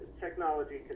technology